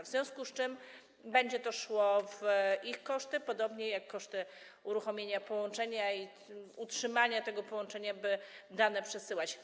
W związku z czym będzie to szło w ich koszty, podobnie jak koszty uruchomienia połączenia i utrzymania tego połączenia, by dane przesyłać.